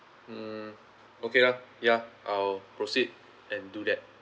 mm okay lah ya I'll proceed and do that